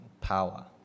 power